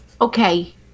Okay